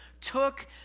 took